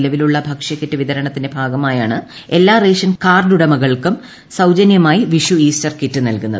നിലവിലുള്ള ഭക്ഷ്യക്കിറ്റ് വിതരണത്തിന്റെ ഭാഗമായാണ് എല്ലാ റേഷൻ കാർഡുടമകൾക്കും സൌജനൃമായി വിഷു ഈസ്റ്റർ കിറ്റ് നൽകുന്നത്